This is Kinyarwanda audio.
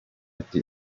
iti